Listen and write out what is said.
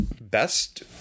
best